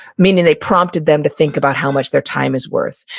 meaning they prompted them to think about how much their time is worth,